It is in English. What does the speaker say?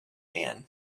man